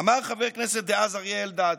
אמר חבר כנסת דאז אריה אלדד: